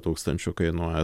tūkstančių kainuoja